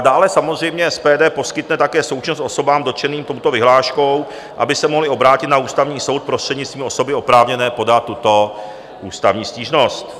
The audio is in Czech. Dále samozřejmě SPD poskytne také součinnost osobám dotčeným touto vyhláškou, aby se mohly obrátit na Ústavní soud prostřednictvím osoby oprávněné podat tuto ústavní stížnost.